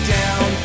down